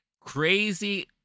crazy